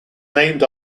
named